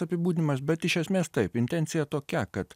apibūdinimas bet iš esmės taip intencija tokia kad